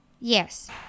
yes